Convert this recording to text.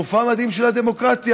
מופע מדהים של הדמוקרטיה.